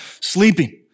sleeping